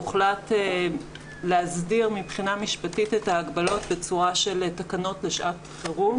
הוחלט להסדיר מבחינה משפטית את ההגבלות בצורה של תקנות לשעת חירום,